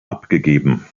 abgegeben